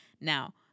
Now